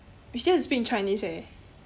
we still have to speak in chinese eh